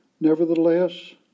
Nevertheless